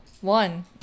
One